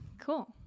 Cool